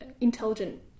intelligent